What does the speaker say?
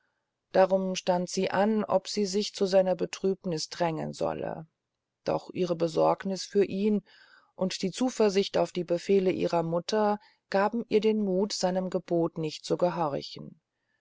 darum stand sie an ob sie sich zu seiner betrübnis drängen solle doch ihre besorgniß für ihn und die zuversicht auf die befehle ihrer mutter gaben ihr den muth seinem gebot nicht zu gehorchen